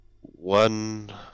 One